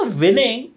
winning